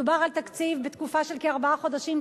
מדובר על תקציב בתקופה של כארבעה חודשים,